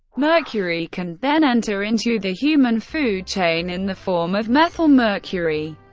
mercury can then enter into the human food chain in the form of methylmercury.